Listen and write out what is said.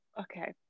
okay